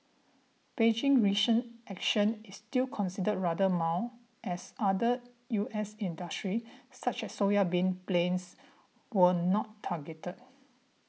Beijing's recent action is still considered rather mild as other U S industries such as soybeans planes were not targeted